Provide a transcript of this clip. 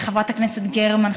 חברת הכנסת גרמן,